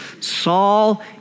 Saul